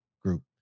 group